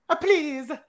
Please